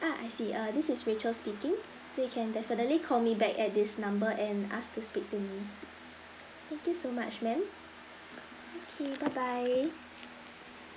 ah I see uh this is rachel speaking so you can definitely call me back at this number and ask to speak to me thank you so much ma'am okay bye bye